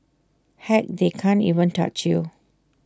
heck they can't even touch you